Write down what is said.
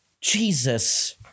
Jesus